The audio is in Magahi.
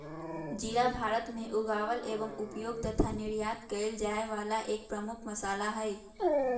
जीरा भारत में उगावल एवं उपयोग तथा निर्यात कइल जाये वाला एक प्रमुख मसाला हई